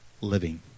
living